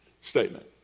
statement